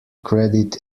credit